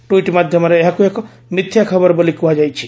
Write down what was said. tweet ମାଧ୍ୟମରେ ଏହାକୁ ଏକ ମିଥ୍ୟା ଖବର ବୋଲି କୁହାଯାଇଛି